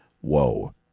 Whoa